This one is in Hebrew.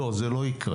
לא, זה לא יקרה.